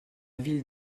ville